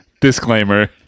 Disclaimer